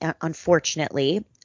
unfortunately